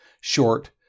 short